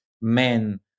men